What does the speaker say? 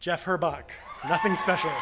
jeff her book nothing special